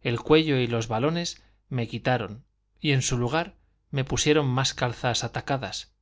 el cuello y los valones me quitaron y en su lugar me pusieron unas calzas atacadas